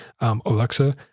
Alexa